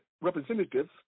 representatives